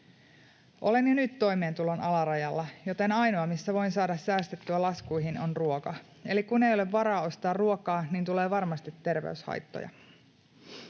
”Olen jo nyt toimeentulon alarajalla, joten ainoa, missä voin saada säästettyä laskuihin, on ruoka. Eli kun ei ole varaa ostaa ruokaa, niin tulee varmasti terveyshaittoja.”